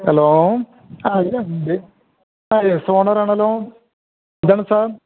hello അ എസ് ഓണറാണല്ലോ എന്താണ് സാർ